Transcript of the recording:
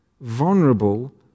vulnerable